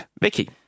Vicky